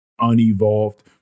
unevolved